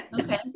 Okay